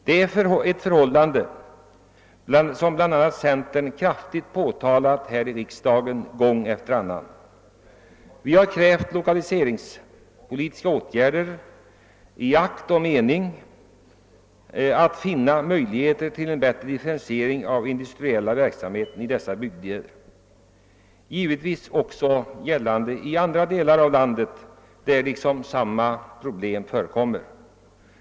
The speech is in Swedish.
Detta är ett förhållande som bl.a. centern kraftigt påtalat här i riksdagen gång efter annan. Vi har krävt lokaliseringspolitiska åtgärder i akt och mening att åstadkomma möjligheter till en bättre differentiering av den industriel la verksamheten i dessa bygder liksom givetvis i andra delar av landet där samma problem förekommer.